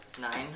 Nine